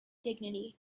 dignity